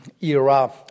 era